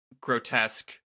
grotesque